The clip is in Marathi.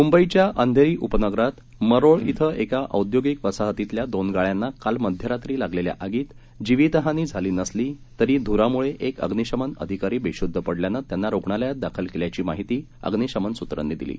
मुंबईच्या अंधेरी उपनगरात मरोळ क्षे एका औद्योगिक वसाहतीतल्या दोन गाळ्यांना काल मध्यरात्री लागलेल्या आगीत जीवितहानी झाली नसली तरी धुरामुळे एक अग्निशमन अधिकारी बेशुद्ध पडल्यानं त्यांना रुग्णालयात दाखल केल्याची माहिती अग्निशमन सूत्रांनी दिली